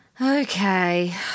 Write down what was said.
Okay